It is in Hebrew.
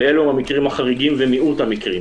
ואלו הם המקרים החריגים ומיעוט המקרים,